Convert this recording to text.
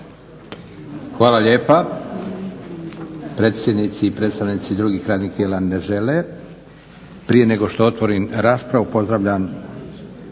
Hvala lijepa.